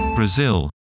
Brazil